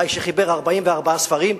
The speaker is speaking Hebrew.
שחיבר 44 ספרים,